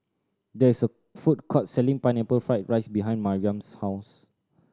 there is a food court selling Pineapple Fried rice behind Maryam's house